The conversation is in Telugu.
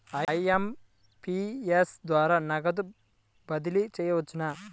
ఐ.ఎం.పీ.ఎస్ ద్వారా త్వరగా నగదు బదిలీ చేయవచ్చునా?